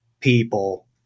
people